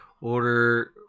order